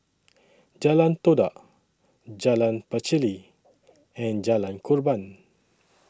Jalan Todak Jalan Pacheli and Jalan Korban